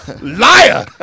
Liar